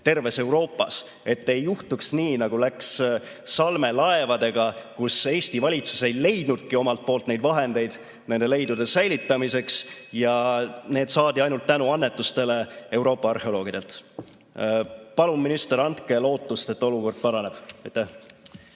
terves Euroopas, et ei juhtuks nii, nagu läks Salme laevadega, kui Eesti valitsus ei leidnudki omalt poolt vahendeid nende leidude säilitamiseks (Juhataja helistab kella.) ja need saadi ainult tänu annetustele Euroopa arheoloogidelt. Palun, minister, andke lootust, et olukord paraneb.